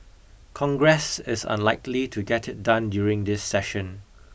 congress is unlikely to get it done during this session